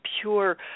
pure